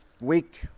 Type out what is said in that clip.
week